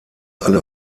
alle